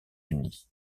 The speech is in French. unis